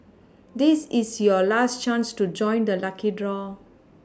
this is your last chance to join the lucky draw